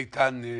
איתן,